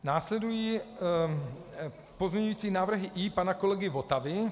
Následují pozměňující návrhy I pana kolegy Votavy.